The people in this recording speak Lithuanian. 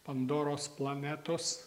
pandoros planetos